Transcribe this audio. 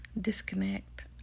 disconnect